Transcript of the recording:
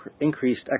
increased